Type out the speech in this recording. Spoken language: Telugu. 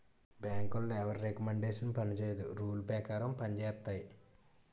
బ్యాంకులో ఎవరి రికమండేషన్ పనిచేయదు రూల్ పేకారం పంజేత్తాయి